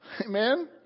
Amen